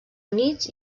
units